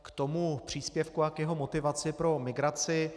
K tomu příspěvku a jeho motivaci pro migraci.